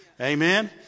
Amen